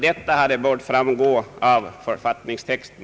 Detta hade bort framgå av författningstexten.